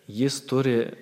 jis turi